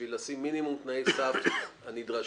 בשביל לשים מינימום תנאי סף הנדרשים,